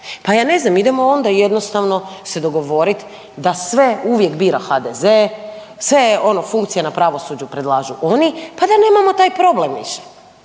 Pa ja ne znam idemo onda jednostavno se dogovoriti da sve uvijek bira HDZ, sve ono funkcije na pravosuđu predlažu oni pa da nemamo taj problem više.